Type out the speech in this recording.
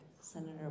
Senator